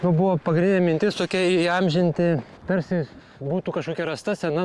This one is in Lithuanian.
buvo pagrindinė mintis tokia įamžinti tarsi būtų kažkokia rasta sena